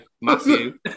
Matthew